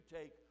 take